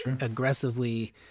aggressively